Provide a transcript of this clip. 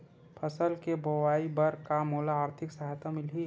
फसल के बोआई बर का मोला आर्थिक सहायता मिलही?